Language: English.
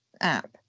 app